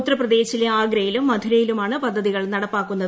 ഉത്തർപ്രദേശിലെ ആഗ്രയിലും മഥുരയിലുമാണ് പദ്ധതികൾ നടപ്പാക്കുന്നത്